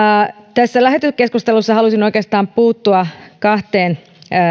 tässä lähetekeskustelussa halusin oikeastaan puuttua kahteen